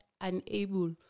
unable